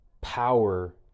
power